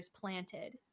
planted